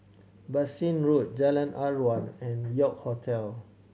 Bassein Road Jalan Aruan and York Hotel